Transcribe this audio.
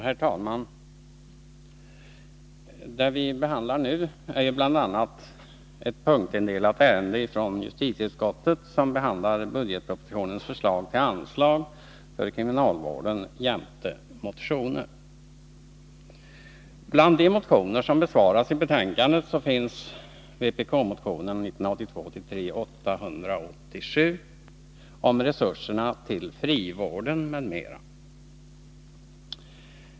Herr talman! Det vi nu diskuterar är bl.a. ett punktindelat ärende från justitieutskottet som behandlar budgetpropositionens förslag till anslag för kriminalvården jämte motioner. Bland de motioner som behandlas i betänkandet finns vpk-motionen 1982/83:887 om resurserna till frivården, m.m.